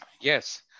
Yes